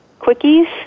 quickies